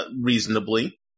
reasonably